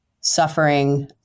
suffering